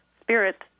Spirit